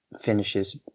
finishes